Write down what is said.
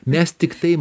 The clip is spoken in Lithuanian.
mes tiktai